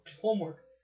homework